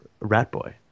Ratboy